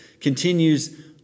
continues